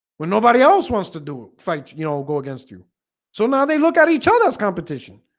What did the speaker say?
when nobody else wants to do fight, you know go against you so now they look at each other's competition